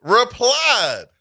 replied